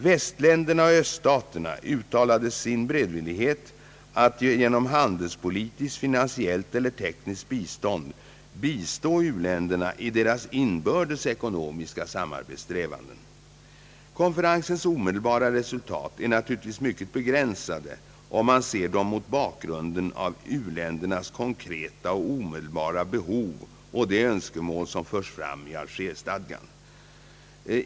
Västländerna och öststaterna uttalade sin beredvillighet att genom han delspolitiskt, finansiellt eller tekniskt bistånd bistå u-länderna i deras inbördes ekonomiska samarbetssträvanden. Konferensens omedelbara resultat är naturligtvis mycket begränsade om man ser dem mot bakgrund av u-ländernas konkreta och omedelbara behov och de önskemål som förs fram i Algerstadgan.